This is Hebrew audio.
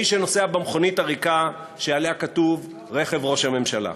האיש שנוסע במכונית הריקה שעליה כתוב: רכב ראש הממשלה.